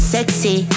Sexy